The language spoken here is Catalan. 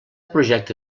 projecte